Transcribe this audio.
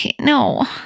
No